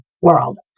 world